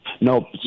no